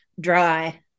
Dry